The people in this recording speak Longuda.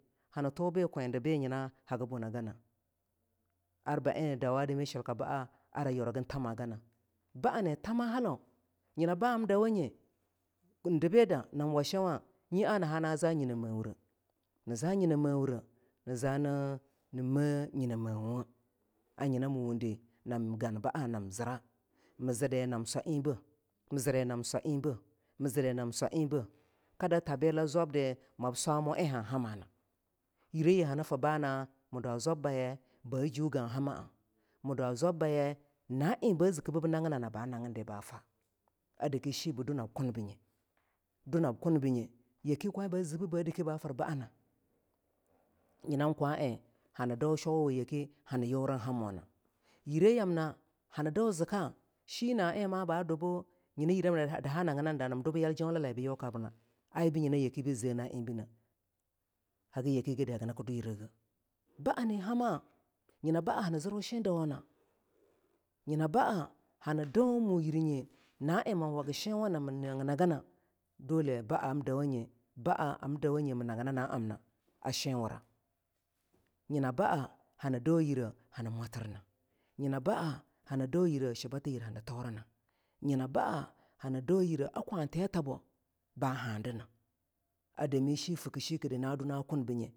hani tu biikwe ar nyina hagi buna gana ar baen dawa dami shilka baa ara yuragin tamagana baa nii thama halu nyina baa ham dawo nye ana hano hana za nyina ,ewure ni ana hana za nyina me wure ni za nyina mewure nii zani me nyini ,ewuw anyina nii wba undinan gan baa namzira miizedi nan swa enbeh mii xedi nam swa enbeh kada tabila zwabdi mab swamu en han hamanayireyi hani fir baana mi dwa zwabbaye ba ju gah hamami dwa zwabbaye baju gah hamami zwabbaaye na en ba ziki bu naginana bahagin dibeh fa a dake shibe dunab kunbi yake kwa wnba zibibe dake ba nagina nii da na dwa a fir bana nyinan kwaen hani dau zika zhina en ma ba duebu nyina yire yamma daha nagina nii dana dwa bi yal jolaye bii yu kabirina ai bu nyina yiri yamm daha nagina nida na dwa bii yal jolaye bi yo kabrina ai bi nyina yake bii ze na enbi ne hagi yake gi gide hagina ki dwe yire geh baa ni hama nyina ban nii zirwu shin dawana nyina baa han dwa mu yir nye na en man wagi showa na mi nagina gana dole ba an dawanye ba a am dawaye ni nagina na amna a shiwu ra nyina baa hani dau yire hanimwatirna nyina baa hani dau yire baa hani dau yiri a kwatiya tabo ba hadina a dmi ahi fiki shikirdi na duna kunbi nye